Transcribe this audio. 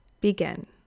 begin